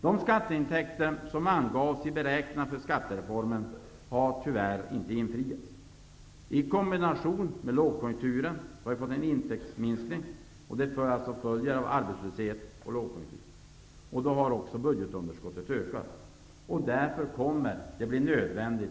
De skatteintäkter som angavs i beräkningarna för skattereformen har tyvärr inte blivit verklighet. På grund av den intäktsminskning som följer av arbetslöshet och lågkonjunktur har budgetunderskottet ökat. Besparingar i anslag till offentliga utgifter kommer därför att bli nödvändiga.